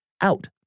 out